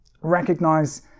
recognize